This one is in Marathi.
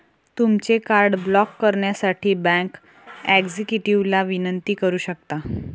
तुमचे कार्ड ब्लॉक करण्यासाठी बँक एक्झिक्युटिव्हला विनंती करू शकता